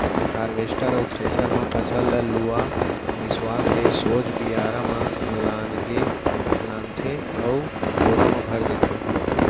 harvester अउ thresher म फसल ल लुवा मिसवा के सोझ बियारा म लानथे अउ बोरा म भर देथे